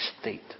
state